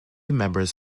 members